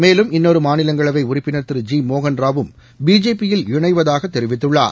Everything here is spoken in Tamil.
மேலும் இன்னொரு மாநிலங்களவை உறுப்பினர் திரு ஜி மோகன்ராவும் பிஜேபியில் இணைவதாக தெரிவித்துள்ளார்